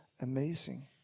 Amazing